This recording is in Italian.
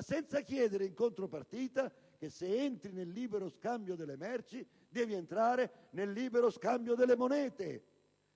senza ribadire, in contropartita, che se si entra nel libero scambio delle merci bisogna entrare anche nel libero scambio delle monete.